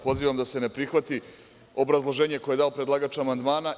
Pozivam da se ne prihvati obrazloženje koje je dao predlagač amandmana.